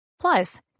Plus